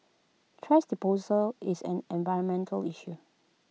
thrash disposal is an environmental issue